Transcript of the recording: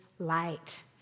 Light